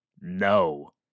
no